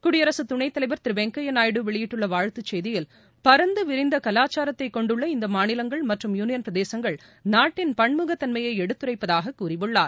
குடியரசு துணைத்தலைவர் திரு வெங்கையா நாயுடு வெளியிட்டுள்ள வாழ்த்துச் செய்தியில் பரந்து விரிந்த கவாச்சாரத்தை கொண்டுள்ள இந்த மாநிலங்கள் மற்றும் யூளியள் பிரதேசங்கள் நாட்டின் பன்முகத்தன்மையை எடுத்துரைப்பதாக கூறியுள்ளார்